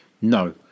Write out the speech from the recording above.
No